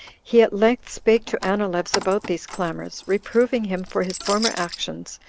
he at length spake to anileus about these clamors, reproving him for his former actions,